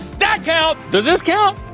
that counts, does this count?